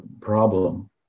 problem